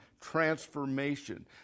transformation